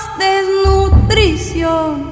desnutrición